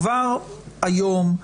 שכבר היום,